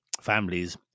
families